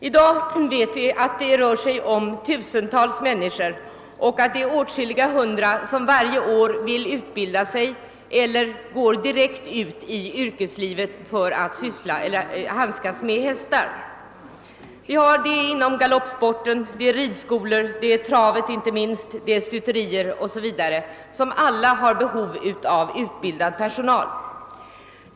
I dag vet vi att det rör sig om tusentals människor och att åtskilliga hundratal varje år vill utbilda sig eller går direkt ut i yrkeslivet för att handskas med hästar. Galoppsporten, ridskolor, travet inte minst, stuterier o. s. v. har alla behov av utbildad personal.